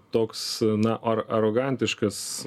toks na ar arogantiškas